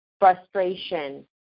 frustration